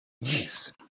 yes